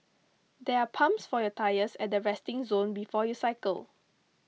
there are pumps for your tyres at the resting zone before you cycle